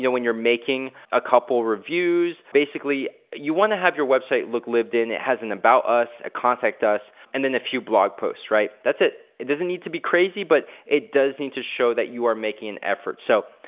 yeah when you're making a couple reviews, basically you wanna have your website look lived in. it has an about us, a contact us and then a few blog posts, right? that's it. it doesn't need to be crazy but it does need to show that you are making and effort. so,